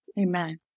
Amen